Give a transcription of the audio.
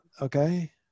Okay